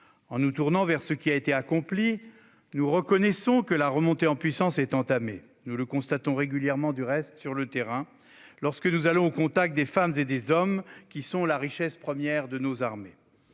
En nous tournant vers ce qui a été accompli, nous reconnaissons que la remontée en puissance est entamée. Nous le constatons régulièrement du reste, sur le terrain, lorsque nous allons au contact des femmes et des hommes, qui sont la richesse première de nos armées.